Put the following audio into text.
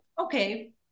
okay